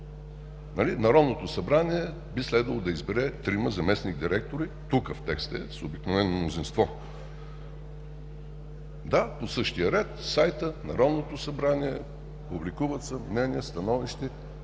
Народното събрание би следвало да избере трима заместник-директори – тук в текста е, с обикновено мнозинство. Да, по същия ред в сайта на Народното събрание – публикуват се мнения, становища,